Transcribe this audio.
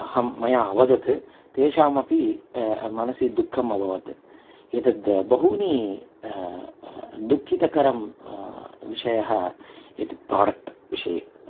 अहं मया अवदत् तेषामपि मनसि दुःखम् अभवत् एतद् बहूनि दुःखकरः विषयः एतत् प्रोडक्ट् विषये